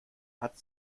hat